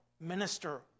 minister